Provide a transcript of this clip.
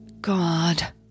God